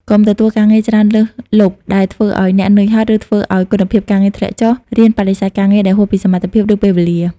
កុំទទួលការងារច្រើនលើសលប់ដែលធ្វើឱ្យអ្នកហត់នឿយ ឬធ្វើឱ្យគុណភាពការងារធ្លាក់ចុះ រៀនបដិសេធការងារដែលហួសពីសមត្ថភាព ឬពេលវេលា។